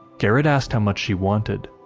garret asked how much she wanted,